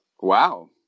Wow